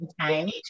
time